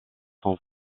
sont